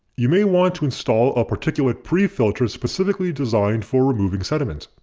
you may want to install a particulate prefilter specifically designed for removing sediment.